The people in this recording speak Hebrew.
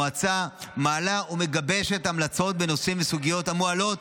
המועצה מעלה ומגבשת המלצות בנושאים וסוגיות המועלות